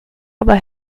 aber